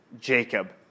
Jacob